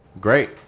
Great